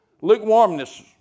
Lukewarmness